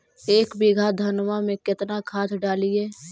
एक बीघा धन्मा में केतना खाद डालिए?